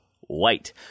white